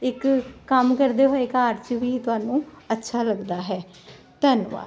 ਇੱਕ ਕੰਮ ਕਰਦੇ ਹੋਏ ਘਾਟ ਚ ਵੀ ਤੁਹਾਨੂੰ ਅੱਛਾ ਲੱਗਦਾ ਹੈ ਧੰਨਵਾਦ